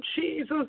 jesus